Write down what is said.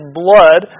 blood